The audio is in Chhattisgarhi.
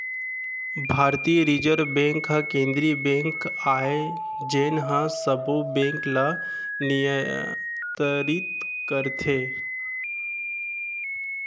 भारतीय रिजर्व बेंक ह केंद्रीय बेंक आय जेन ह सबो बेंक ल नियतरित करथे